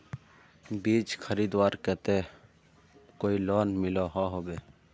बीज खरीदवार केते कोई लोन मिलोहो होबे?